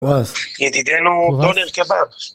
ידידנו דונלד קבאב